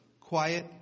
quiet